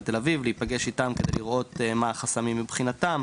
תל-אביב להיפגש איתם ולראות מה החסמים מבחינתם.